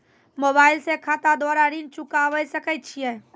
Mobile से खाता द्वारा ऋण चुकाबै सकय छियै?